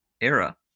era